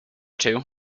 two